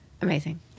amazing